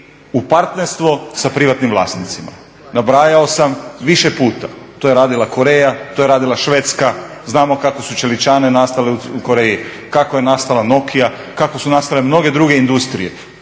u partnerstvo sa privatnim vlasnicima. Nabrajao sam više puta, to je radila Koreja, to je radila Švedska, znamo kako su čeličane nastale u Koreji, kako je nastala Nokia, kako su nastale mnoge druge industrije.